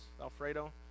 alfredo